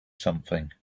something